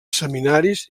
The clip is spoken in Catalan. seminaris